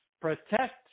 protect